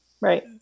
right